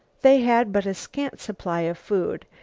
they had but a scant supply of food,